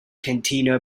catania